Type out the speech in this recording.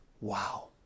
Wow